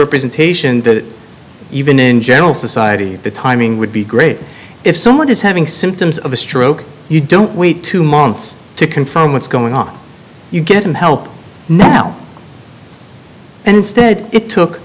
representation that even in general society the timing would be great if someone is having symptoms of a stroke you don't wait two months to confirm what's going on you get him help now and instead it took